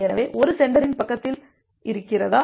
எனவே அது சென்டரின் பக்கத்தில் இருக்கிறதா